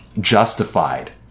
Justified